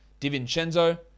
DiVincenzo